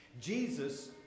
Jesus